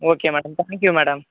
okay madam thank you madam